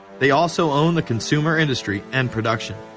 they also own the consumer industry and production,